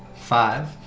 Five